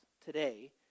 today